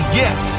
yes